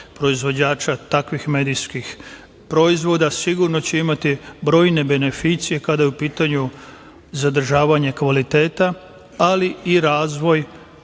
proizvođača takvih medijskih proizvoda, sigurno će imati brojne beneficije kada je u pitanju zadržavanje kvaliteta, ali i razvoj